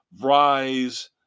rise